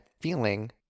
feeling